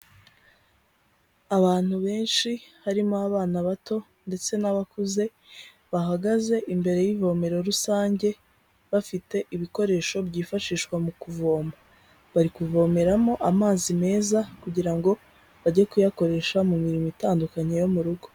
Abantu benshi harimo abana bato ndetse n'abakuze, bahagaze imbere y'ivomero rusange bafite ibikoresho byifashishwa mu kuvoma, bari kuvomeramo amazi meza kugira ngo bajye kuyakoresha mu mirimo itandukanye yo mu rugo.